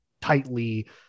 tightly